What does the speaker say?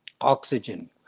oxygen